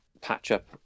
patch-up